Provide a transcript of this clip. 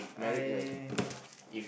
I